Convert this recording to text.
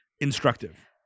instructive